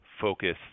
focus